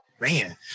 man